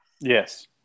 yes